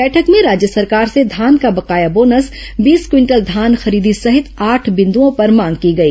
बैठक में राज्य सरकार से धान का बकाया बोनस बीस क्विंटल धान खरीदी सहित आठ बिंदओं पर मांग की गई